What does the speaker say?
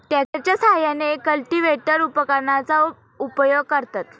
ट्रॅक्टरच्या साहाय्याने कल्टिव्हेटर उपकरणाचा उपयोग करतात